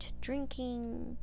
drinking